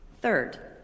Third